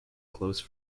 close